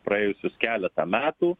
praėjusius keletą metų